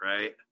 right